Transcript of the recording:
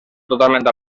totalment